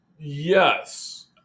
Yes